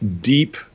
deep